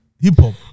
Hip-hop